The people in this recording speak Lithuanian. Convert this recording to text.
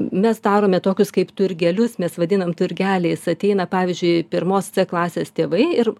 mes darome tokius kaip turgelius mes vadinam turgeliais ateina pavyzdžiui pirmos klasės tėvai ir